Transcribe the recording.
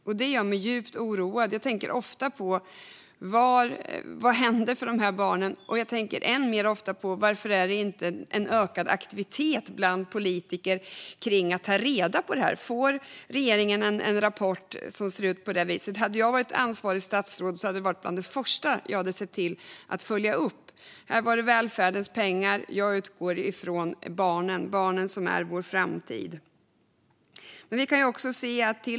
Och det gör mig djupt oroad. Jag tänker ofta på vad som händer med dessa barn, och jag tänker än mer ofta på varför det inte är en större aktivitet bland politiker kring att ta reda på det. Om jag hade varit ansvarigt statsråd hade det varit bland det första som jag hade sett till att följa upp. Här var det fråga om välfärdens pengar. Jag utgår från barnen, barnen som är vår framtid.